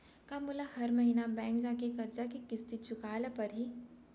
का मोला हर महीना बैंक जाके करजा के किस्ती चुकाए ल परहि?